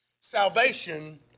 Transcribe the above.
salvation